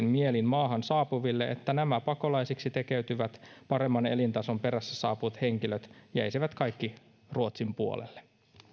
mielin maahan saapuville että nämä pakolaisiksi tekeytyvät paremman elintason perässä saapuvat henkilöt jäisivät kaikki ruotsin puolelle